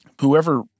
Whoever